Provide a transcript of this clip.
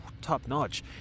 top-notch